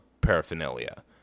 paraphernalia